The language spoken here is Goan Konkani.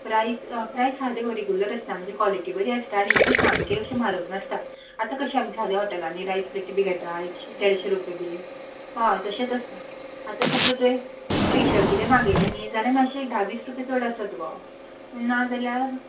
प्रायस प्रायस सादे गो रेगुलर आसता म्हणजे कॉलेटी बरी आसता आनी इतलें सामकें अशें म्हारग नासता आतां कशें आमच्या साद्या हॉटॅलांनी रायस प्लेटी बी घेता एकशे देडशे रुपया बी हय तशेंत आसता आतां फक्त तें स्पेशल किदें मागयलें न्ही जाल्या मात्शें एक धा वीस रुपया चड आसत गो पूण ना जाल्यार